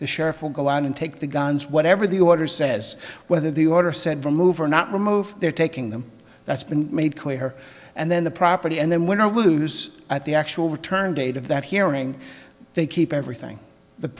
the sheriff will go out and take the guns whatever the order says whether the order sent from move or not removed their taking them that's been made clear and then the property and then when i lose at the actual return date of that hearing they keep everything the